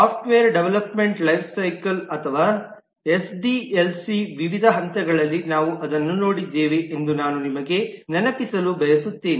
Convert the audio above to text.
software development lifecycle ಅಥವಾ ಎಸ್ಡಿಎಲ್ಸಿಯ ವಿವಿಧ ಹಂತಗಳಲ್ಲಿ ನಾವು ಅದನ್ನು ನೋಡಿದ್ದೇವೆ ಎಂದು ನಾನು ನಿಮಗೆ ನೆನಪಿಸಲು ಬಯಸುತ್ತೇನೆ